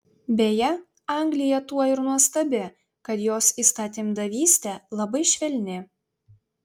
beje anglija tuo ir nuostabi kad jos įstatymdavystė labai švelni